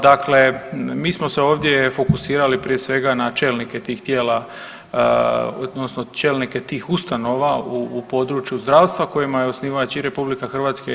Dakle, mi smo se ovdje fokusirali prije svega na čelnike tih tijela odnosno čelnike tih ustanova u području zdravstva kojima je osnivač i RH i JLS.